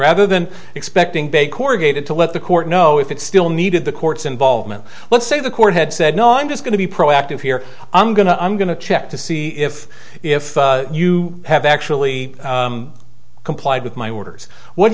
rather than expecting big corrugated to let the court know if it still needed the courts involvement let's say the court had said no i'm just going to be proactive here i'm going to i'm going to check to see if if you have actually complied with my orders what